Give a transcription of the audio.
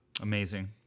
Amazing